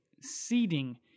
seeding